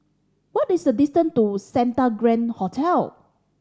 what is a distance to Santa Grand Hotel